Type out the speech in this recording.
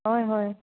হয় হয়